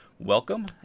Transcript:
Welcome